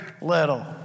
little